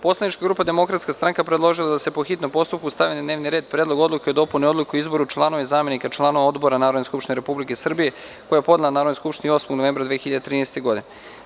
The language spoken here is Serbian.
Poslanička grupa DS predložila je da se, po hitnom postupku, stavi na dnevni red Predlog odluke o dopuni Odluke o izboru člana i zamenika članova odbora Narodne skupštine Republike Srbije, koji je podnela Narodnoj skupštini 8. novembra 2013. godine.